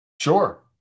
Sure